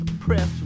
press